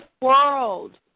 world